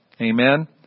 amen